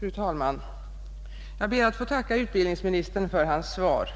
Fru talman! Jag ber att få tacka utbildningsministern för hans svar.